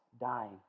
dying